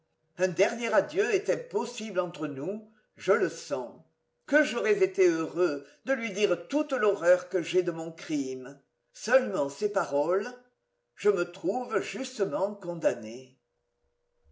un dernier adieu est impossible entre nous je le sens que j'aurais été heureux de lui dire toute l'horreur que j'ai de mon crime seulement ces paroles je me trouve justement condamné